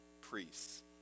priests